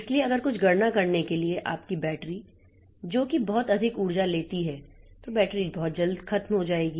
इसलिए अगर कुछ गणना करने के लिए आपकी बैटरी जो कि बहुत अधिक ऊर्जा लेती है तो बैटरी बहुत जल्द खत्म हो जाएगी